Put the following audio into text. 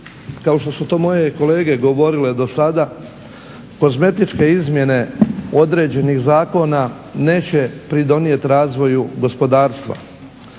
kao što su to moje kolege govorile do sada kozmetičke izmjene određenih zakona neće pridonijeti razvoju gospodarstva.